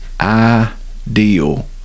ideal